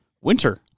Winter